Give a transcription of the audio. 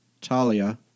Talia